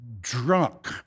drunk